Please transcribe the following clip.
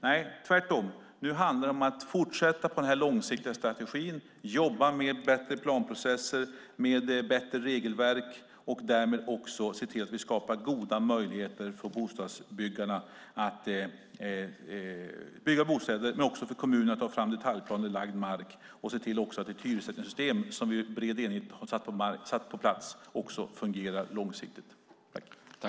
Nej, tvärtom handlar det nu om att fortsätta på den långsiktiga strategin och att jobba med bättre planprocesser, med bättre regelverk och därmed också se till att vi skapar goda möjligheter för bostadsbyggarna att bygga bostäder men också för kommunerna att ta fram detaljplanelagd mark och också se till att det hyressättningssystem som vi i bred enighet har satt på plats fungerar långsiktigt.